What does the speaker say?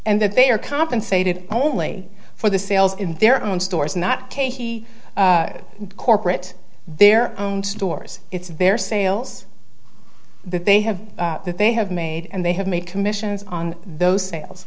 and that they are compensated only for the sales in their own stores and not take he corporate their own stores it's a bare sales that they have that they have made and they have made commissions on those sales